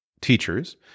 teachers